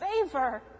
favor